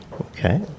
Okay